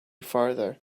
farther